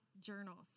journals